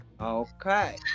Okay